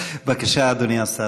בבקשה, אדוני השר.